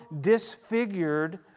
disfigured